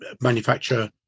manufacture